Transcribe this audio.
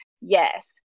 Yes